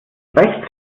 rechts